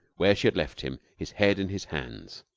where she had left him, his head in his hands.